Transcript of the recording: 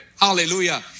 Hallelujah